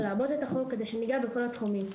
ולעבות את החוק כדי שניגע בכל התחומים.